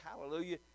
hallelujah